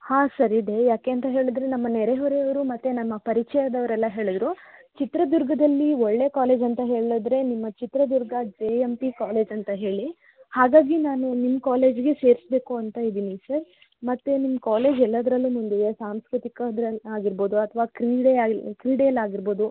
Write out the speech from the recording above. ಹಾಂ ಸರ್ ಇದೆ ಯಾಕೆ ಅಂತ ಹೇಳಿದ್ರೆ ನಮ್ಮ ನೆರೆಹೊರೆಯವರು ಮತ್ತು ನಮ್ಮ ಪರಿಚಯದವ್ರೆಲ್ಲ ಹೇಳಿದರು ಚಿತ್ರದುರ್ಗದಲ್ಲಿ ಒಳ್ಳೆಯ ಕಾಲೇಜ್ ಅಂತ ಹೇಳಿದ್ರೆ ನಿಮ್ಮ Chitradurga J M T college ಅಂತ ಹೇಳಿ ಹಾಗಾಗಿ ನಾನು ನಿಮ್ಮ ಕಾಲೇಜ್ಗೆ ಸೇರಿಸ್ಬೇಕು ಅಂತ ಇದ್ದೀನಿ ಸರ್ ಮತ್ತು ನಿಮ್ಮ ಕಾಲೇಜ್ ಎಲ್ಲದರಲ್ಲೂ ಮುಂದಿದೆ ಸಾಂಸ್ಕೃತಿಕದ್ರಲ್ಲಿ ಆಗಿರ್ಬೋದು ಅಥವಾ ಕ್ರೀಡೆಯಲ್ಲಿ ಕ್ರೀಡೆಯಲ್ಲಿ ಆಗಿರ್ಬೋದು